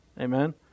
amen